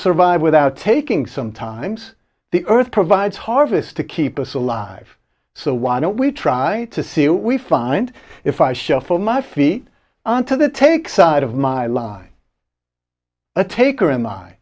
survive without taking sometimes the earth provides harvest to keep us alive so why don't we try to see all we find if i shuffle my feet on to the take side of my life a taker in my